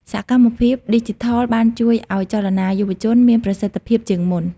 សកម្មភាពឌីជីថលបានជួយឱ្យចលនាយុវជនមានប្រសិទ្ធភាពជាងមុន។